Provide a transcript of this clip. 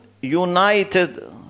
united